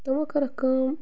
تِمو کٔرٕکھ کٲم